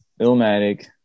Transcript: Illmatic